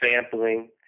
sampling